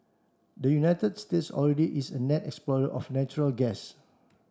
the United States already is a net exporter of natural gas